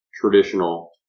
traditional